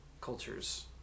cultures